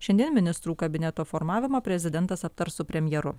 šiandien ministrų kabineto formavimą prezidentas aptars su premjeru